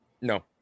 No